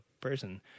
person